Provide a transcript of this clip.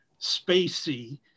spacey